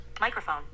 microphone